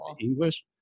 English